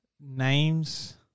names